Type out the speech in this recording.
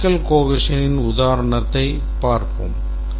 logical cohesionன் உதாரணத்தைப் பார்ப்போம்